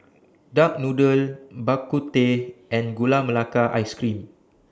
Duck Noodle Bak Kut Teh and Gula Melaka Ice Cream